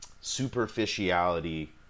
superficiality